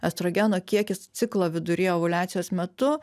estrogeno kiekis ciklo viduryje ovuliacijos metu